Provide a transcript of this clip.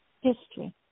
history